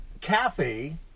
Kathy